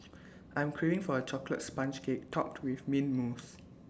I am craving for A Chocolate Sponge Cake Topped with Mint Mousse